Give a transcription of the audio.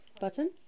Button